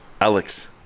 Alex